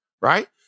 right